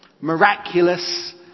miraculous